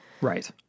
Right